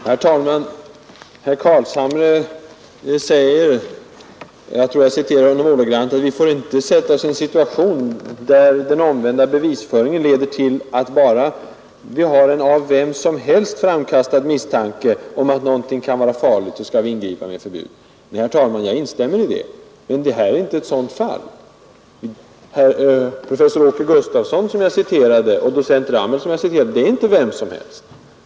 Herr talman! Herr Carlshamre säger — jag tror att jag citerar honom ordagrant — att vi inte får försätta oss i en situation där den omvända bevisföringen leder till, att bara vi har en av vem som helst framkastad misstanke om att någonting kan vara farligt, så skall vi ingripa med förbud. Nej, herr talman, jag instämmer i det. Men detta är inte ett sådant fall. Professor Åke Gustafsson och docent Ramel, som jag citerade, är inte vilka som helst.